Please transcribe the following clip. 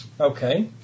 Okay